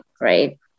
right